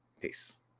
Peace